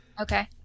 Okay